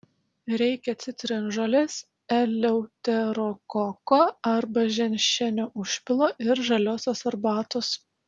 reikia citrinžolės eleuterokoko arba ženšenio užpilo ir žaliosios arbatos